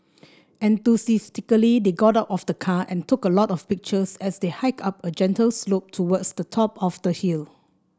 enthusiastically they got out of the car and took a lot of pictures as they hiked up a gentle slope towards the top of the hill